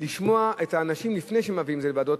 לשמוע את האנשים לפני שמביאים את זה לוועדות,